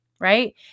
Right